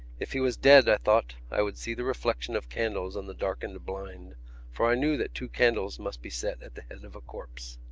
if he was dead, i thought, i would see the reflection of candles on the darkened blind for i knew that two candles must be set at the head of a corpse.